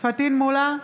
פטין מולא,